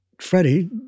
Freddie